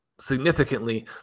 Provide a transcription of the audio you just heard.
significantly